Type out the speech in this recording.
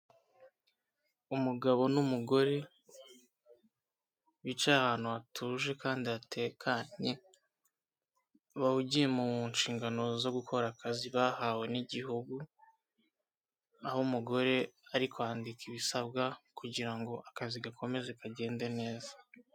Umugabo n'umugore bicaye ahantu hatuje kandi hatekanye bahugiye mu nshingano zo gukora akazi bahawe n'igihugu, aho umugore ari kwandika ibisabwa kugira ngo akazi gakomeze kagende neza.